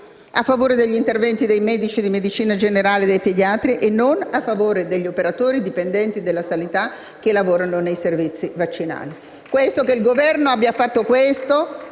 a favore degli interventi dei medici di medicina generale e dei pediatri e non a favore degli operatori e dei dipendenti della sanità che lavorano nei centri vaccinali.